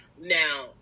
Now